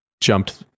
jumped